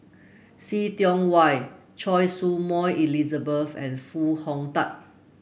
See Tiong Wah Choy Su Moi Elizabeth and Foo Hong Tatt